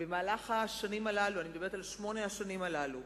במהלך השנים הללו אני מדברת על שמונה השנים הללו,